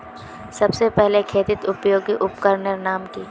सबसे पहले खेतीत उपयोगी उपकरनेर नाम की?